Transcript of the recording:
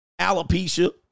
Alopecia